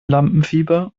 lampenfieber